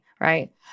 right